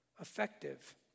effective